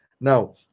Now